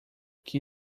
que